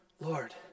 Lord